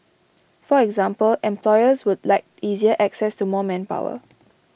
for example employers would like easier access to more manpower